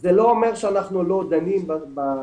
זה לא אומר שאנחנו לא דנים בסוגיות.